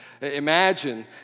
Imagine